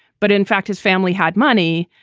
but in fact, his family had money.